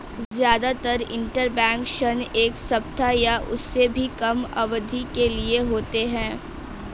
जादातर इन्टरबैंक ऋण एक सप्ताह या उससे भी कम अवधि के लिए होते हैं